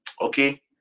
Okay